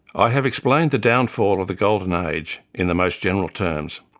i have explained the downfall of the golden age in the most general terms,